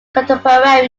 contemporary